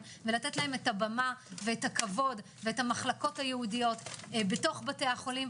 ולתת להם את הבמה ואת הכבוד ואת המחלקות הייעודיות בתוך בתי החולים,